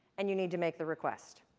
and you need to make the request.